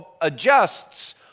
adjusts